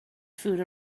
food